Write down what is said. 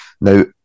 Now